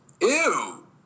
Ew